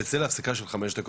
אנחנו נצא להפסקה של חמש דקות.